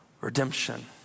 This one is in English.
redemption